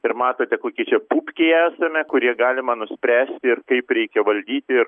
ir matote kokie čia pupkiai esame kurie galima nuspręsti ir kaip reikia valdyti ir